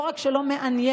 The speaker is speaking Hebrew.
לא רק לא מעניין,